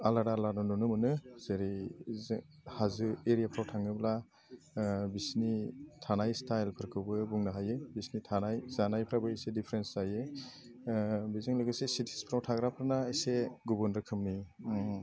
आलादा आलादा नुनो मोनो जेरै हाजो एरियाफ्राव थाङोब्ला बिसिनि थानाय स्टाइलफोरखौबो बुंनो हायो बिसिनि थानाय जानायफ्राबो एसे डिफारेन्स जायो बेजों लोगोसे सिटिसफ्राव थाग्राफोरना एसे गुबुन रोखोमनि